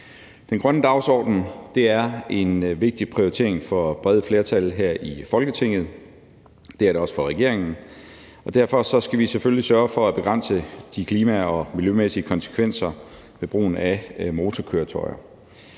Den grønne dagsorden er en vigtig prioritering for brede flertal her i Folketinget; det er det også for regeringen. Derfor skal vi selvfølgelig sørge for at begrænse de klima- og miljømæssige konsekvenser ved brugen af motorkøretøjer.